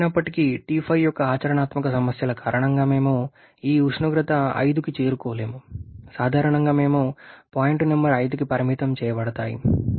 అయినప్పటికీ T5 యొక్క ఆచరణాత్మక సమస్యల కారణంగా మేము ఈ ఉష్ణోగ్రత 5కి చేరుకోలేము సాధారణంగా మేము పాయింట్ నంబర్ 5కి పరిమితం చేయబడతాము